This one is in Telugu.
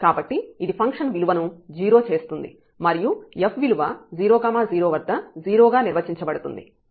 కాబట్టి ఇది ఫంక్షన్ విలువను 0 చేస్తుంది మరియు f విలువ 0 0 వద్ద 0 గా నిర్వచించబడుతుంది